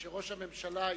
כשראש הממשלה התנגד,